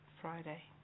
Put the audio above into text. Friday